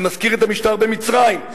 זה מזכיר את המשטר במצרים,